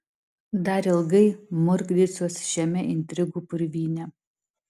dar ilgai murkdysiuos šiame intrigų purvyne